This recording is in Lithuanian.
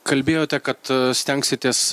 kalbėjote kad stengsitės